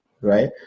Right